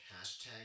hashtag